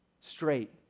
straight